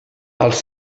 els